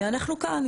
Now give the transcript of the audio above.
ואנחנו כאן,